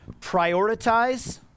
prioritize